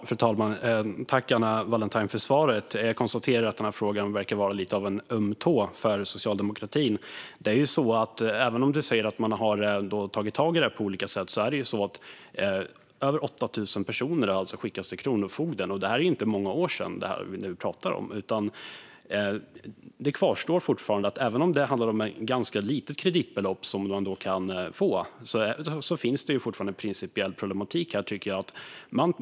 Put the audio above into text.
Fru talman! Tack, Anna Wallentheim, för svaret! Jag konstaterar att denna fråga verkar vara lite av en öm tå för socialdemokratin. Även om Anna Wallentheim säger att man på olika sätt har tagit tag i detta har över 8 000 personer skickats till kronofogden. Och det var inte många år sedan det som vi nu pratar om skedde. Även om det handlar om ett ganska litet kreditbelopp finns det fortfarande en principiell problematik, tycker jag.